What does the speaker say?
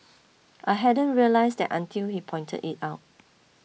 I hadn't realised that until he pointed it out